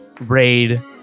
raid